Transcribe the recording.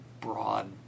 broad